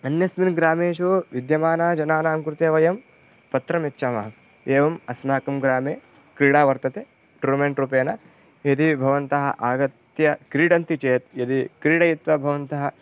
अन्यस्मिन् ग्रामेषु विद्यमानजनानां कृते वयं पत्रम् यच्छामः एवम् अस्माकं ग्रामे क्रीडा वर्तते टूर्नमेण्ट् रूपेण यदि भवन्तः आगत्य क्रीडन्ति चेत् यदि क्रीडित्वा भवन्तः